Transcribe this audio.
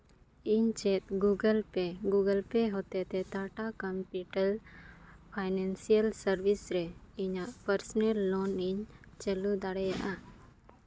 ᱤᱧ ᱪᱮᱫ ᱜᱩᱜᱚᱞ ᱯᱮ ᱜᱩᱜᱚᱞ ᱯᱮ ᱦᱚᱛᱮᱡᱛᱮ ᱴᱟᱴᱟ ᱠᱮᱯᱤᱴᱮᱞ ᱯᱷᱟᱭᱱᱮᱱᱥᱤᱭᱟᱞ ᱥᱟᱨᱵᱷᱤᱥ ᱨᱮ ᱤᱧᱟᱹᱜ ᱯᱟᱨᱥᱚᱱᱟᱞ ᱞᱳᱱ ᱤᱧ ᱪᱟᱹᱞᱩ ᱫᱟᱲᱮᱭᱟᱜᱼᱟ